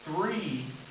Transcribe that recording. three